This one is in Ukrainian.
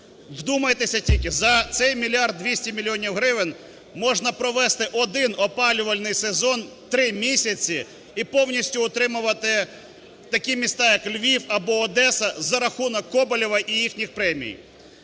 Вдумайтеся тільки: за цей мільярд 200 мільйонів гривень можна провести один опалювальний сезон 3 місяці і повністю утримувати такі міста як Львів або Одеса за рахунок Коболєва і їхніх премій.